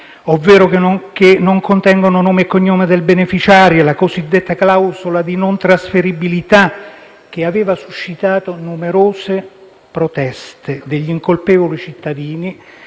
ovvero che non contengono nome e cognome del beneficiario e la cosiddetta clausola di non trasferibilità, che aveva suscitato numerose proteste degli incolpevoli cittadini.